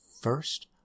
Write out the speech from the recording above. first